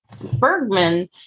Bergman